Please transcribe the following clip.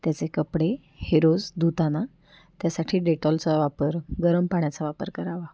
त्याचे कपडे हे रोज धुताना त्यासाठी डेटॉलचा वापर गरम पाण्याचा वापर करावा